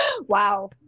Wow